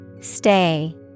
Stay